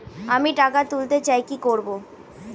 আমি টাকা তুলতে চাই কি করব?